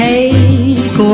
Take